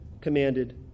commanded